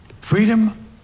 freedom